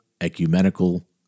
ecumenical